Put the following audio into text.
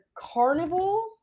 Carnival